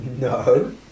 No